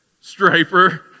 Striper